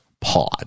pod